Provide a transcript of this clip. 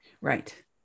Right